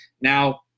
Now